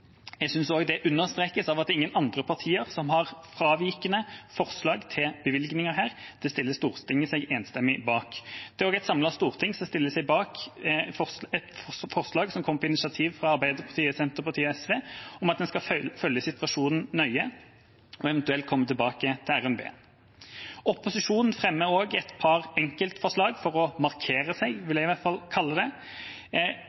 Det understrekes av at ingen andre partier har avvikende forslag til bevilgninger. Det stiller Stortinget seg enstemmig bak. Det er også et samlet storting som stiller seg bak et forslag som kom på initiativ fra Arbeiderpartiet, Senterpartiet og SV, om at en skal følge situasjonen nøye og eventuelt komme tilbake i RNB. Opposisjonen fremmer også et par forslag for å markere seg – jeg vil